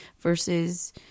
versus